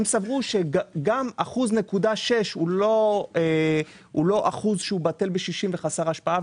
הם סברו שגם 1.6% הוא לא אחוז בטל בשישים וחסר השפעה.